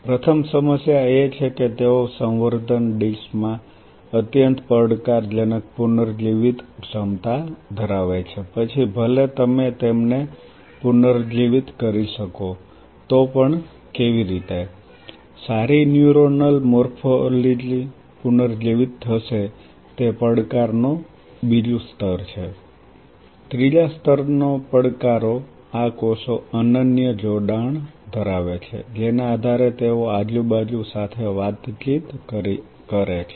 પ્રથમ સમસ્યા એ છે કે તેઓ સંવર્ધન ડીશ માં અત્યંત પડકારજનક પુનર્જીવિત ક્ષમતા ધરાવે છે પછી ભલે તમે તેમને પુનર્જીવિત કરી શકો તો પણ કેવી રીતે સારી ન્યુરોનલ મોર્ફોલોજી પુનર્જીવિત થશે તે પડકારનો બીજું સ્તર છે ત્રીજા સ્તરના પડકારો આ કોષો અનન્ય જોડાણ ધરાવે છે જેના આધારે તેઓ આજુબાજુ સાથે વાતચીત કરે છે